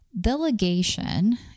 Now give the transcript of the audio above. Delegation